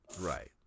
Right